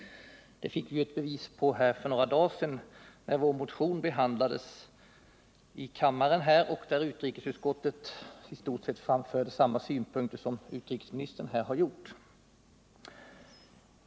Denna överensstämmelse fick vi ett bevis på här i kammaren för några dagar sedan när vår motion behandlades och utrikesutskottet i stort sett framförde samma synpunkter som utrikesministern nu har gjort.